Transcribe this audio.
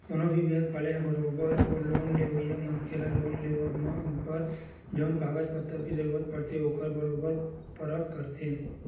कोनो भी बेंक वाले ह बरोबर ओ लोन लेवइया मनखे ल लोन लेवब बर जउन कागज पतर के जरुरत पड़थे ओखर बरोबर परख करथे